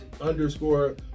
underscore